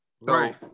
Right